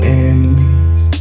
enemies